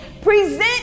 present